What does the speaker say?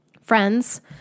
friends